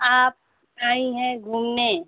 आप आईं हैं घूमने